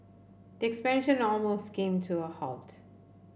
the expansion almost came to a halt